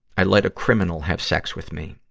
i let a criminal have sex with me.